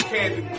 Candy